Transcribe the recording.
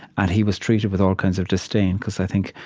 and he was treated with all kinds of disdain because, i think,